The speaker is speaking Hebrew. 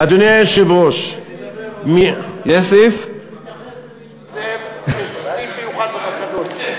אדוני היושב-ראש, זאב, יש לו סעיף מיוחד בתקנון.